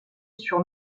sur